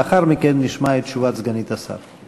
לאחר מכן נשמע את תשובת סגנית השר.